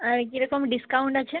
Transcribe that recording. আর কীরকম ডিসকাউন্ট আছে